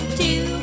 two